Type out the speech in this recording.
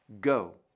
go